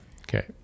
Okay